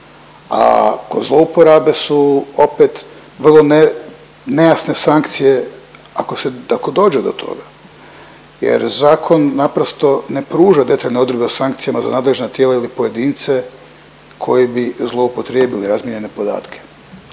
a kod zlouporabe su opet vrlo nejasne sankcije ako se, ako dođe do toga jer zakon naprosto ne pruža detaljne odredbe o sankcijama za nadležna tijela ili pojedince koji bi zloupotrijebili razmijenjene podatke.